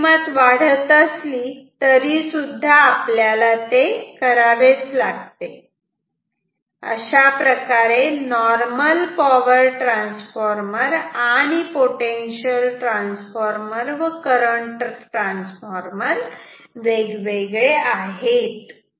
जरी किंमत वाढत असली तरीसुद्धा आपल्याला ते करावेच लागते अशाप्रकारे नॉर्मल पॉवर ट्रान्सफॉर्मर आणि पोटेन्शियल ट्रांसफार्मर व करंट ट्रांसफार्मर वेगवेगळे आहेत